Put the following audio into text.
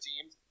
teams